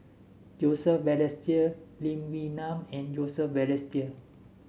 Joseph Balestier Lee Wee Nam and Joseph Balestier